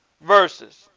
verses